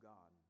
God